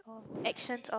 oh actions oh